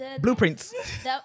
Blueprints